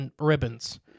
ribbons